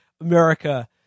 America